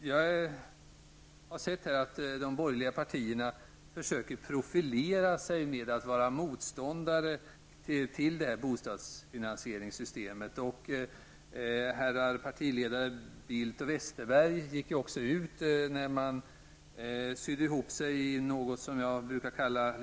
Jag har sett att de borgerliga partierna försöker profilera sig med att vara motståndare till detta bostadsfinansieringssystem. Herrar partiledare Bildt och Westerberg gick ut och sydde ihop något som jag litet slarvigt brukar kalla